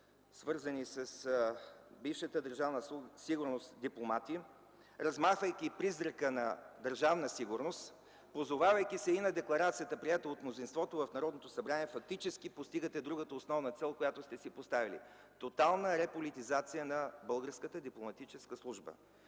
свързани с бившата Държавна сигурност дипломати, размахвайки призрака на Държавна сигурност, позовавайки се и на декларацията, приета от мнозинството в Народното събрание, фактически постигате другата основна цел, която сте си поставили – тотална реполитизация на българската дипломатическа служба.